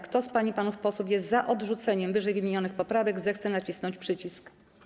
Kto z pań i panów posłów jest za odrzuceniem ww. poprawek, zechce nacisnąć przycisk.